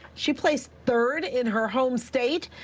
she placed third in her home state.